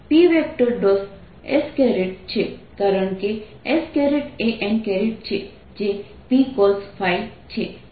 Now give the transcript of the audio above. s છે કારણ કે s એ n છે જે Pcosϕ છે